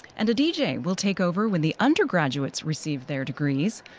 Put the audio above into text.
and a deejay will take over when the undergraduates receive their degrees.